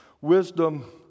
Wisdom